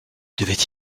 devait